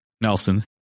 Nelson